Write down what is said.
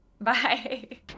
Bye